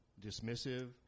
dismissive